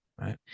right